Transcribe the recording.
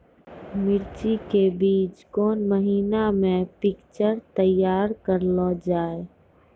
मिर्ची के बीज कौन महीना मे पिक्चर तैयार करऽ लो जा?